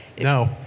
No